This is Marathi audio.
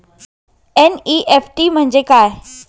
एन.ई.एफ.टी म्हणजे काय?